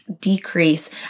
decrease